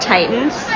Titans